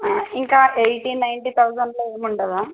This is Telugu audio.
ఇంకా ఎయిటీ నైంటీ థౌజండ్లో ఏమి ఉండవా